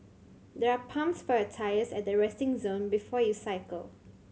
there are pumps for your tyres at the resting zone before you cycle